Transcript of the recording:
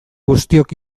guztiok